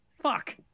Fuck